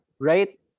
Right